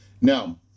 Now